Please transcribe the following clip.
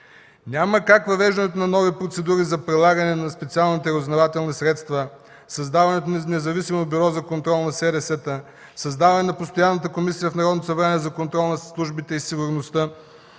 Няма как въвеждането на нови процедури за прилагане на специалните разузнавателни средства, създаването на Независимо бюро за контрол над СРС-тата, създаване на постоянната Комисия в Народното събрание за контрол над службите за сигурност